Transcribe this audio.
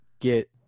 get